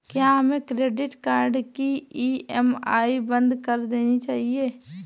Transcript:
क्या हमें credit card की ई.एम.आई बंद कर देनी चाहिए?